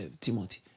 Timothy